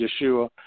Yeshua